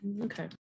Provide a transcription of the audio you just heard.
Okay